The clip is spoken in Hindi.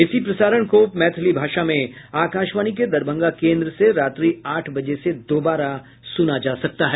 इसी प्रसारण को मैथिली भाषा में आकाशवाणी के दरभंगा केन्द्र से रात्रि आठ बजे से दोबारा सुना जा सकता है